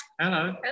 hello